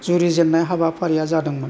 जुरिजेननाय हाबाफारिया जादोंमोन